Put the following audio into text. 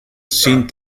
sin